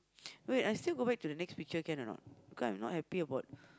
wait I still go back to the next feature can or not cause I not happy about